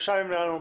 בסדר.